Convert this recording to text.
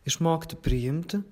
išmokti priimti